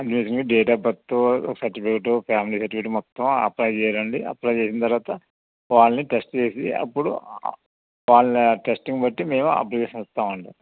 అడ్మిషన్కి date of birth certificate family certificate మొత్తం apply చేయాలండి apply చేసిన తర్వాత వాళ్ళని టెస్ట్ చేసి అప్పుడు వాళ్ళని టెస్టింగ్ బట్టి మేము అప్లికేషన్ ఇస్తామండి